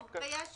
שיש דיון באוצר.